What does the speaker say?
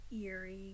eerie